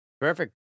perfect